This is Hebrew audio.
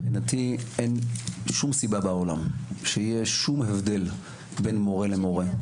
מבחינתי אין שום סיבה בעולם שיהיה שום הבדל בין מורה למורה,